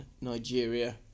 Nigeria